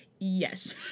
Yes